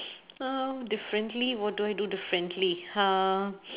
uh differently what do I do differently uh